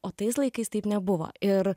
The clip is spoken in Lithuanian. o tais laikais taip nebuvo ir